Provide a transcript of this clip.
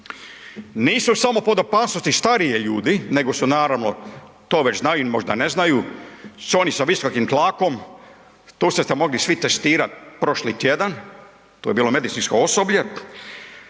Nisu samo pod opasnosti stariji ljudi nego su naravno, to već znaju ili možda ne znaju, oni sa visokom tlako, tu ste se mogli svi testirat prošli tjedan, tu je bilo medicinsko osoblje,